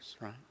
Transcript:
right